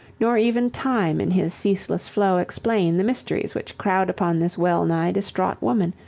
nor even time in his ceaseless flow explain, the mysteries which crowd upon this well-nigh distraught woman,